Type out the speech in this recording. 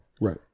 Right